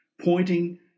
pointing